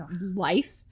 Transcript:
life